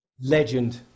Legend